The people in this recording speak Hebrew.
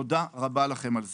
תודה רבה לכם על זה.